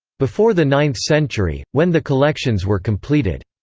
before the ninth century, when the collections were completed.